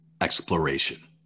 exploration